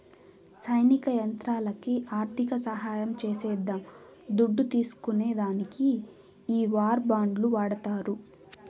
సైనిక ప్రయత్నాలకి ఆర్థిక సహాయం చేసేద్దాం దుడ్డు తీస్కునే దానికి ఈ వార్ బాండ్లు వాడతారు